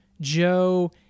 Joe